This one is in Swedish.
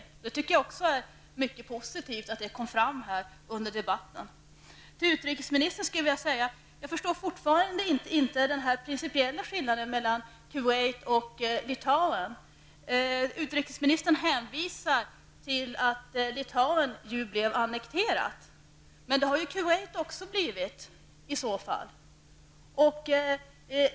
Att det framfördes under dagens debatt tycker jag också är mycket positivt. Till utrikesministern skulle jag vilja säga: Jag förstår fortfarande inte den principiella skillnaden mellan Kuwait och Litauen. Utrikesministern hänvisar till att Litauen blev annekterat. Men det har ju Kuwait också blivit i så fall.